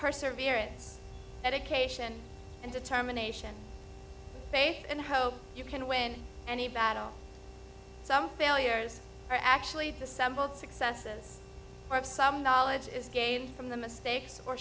perseverance education and determination faith and hope you can win any battle some failures are actually assembled successes or some knowledge is gained from the mistakes or